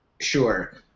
Sure